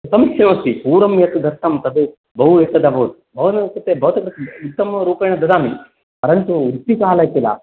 सम्यकेव अस्ति पूर्वं यत् दत्तं तत् बहु एतत् अभूत् भवन कृते भवतः कृते उत्तमरूपेण ददामि परन्तु वृष्टिकाल खिल